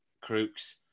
Crooks